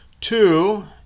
Two